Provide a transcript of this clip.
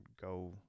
Go